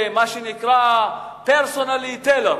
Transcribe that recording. לפי מידותיהם, מה שנקרא personally tailored,